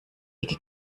ecke